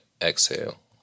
exhale